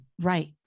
Right